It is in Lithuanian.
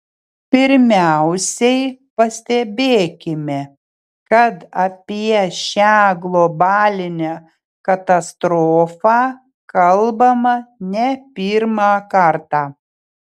pirmiausiai pastebėkime kad apie šią globalinę katastrofą kalbama ne pirmą kartą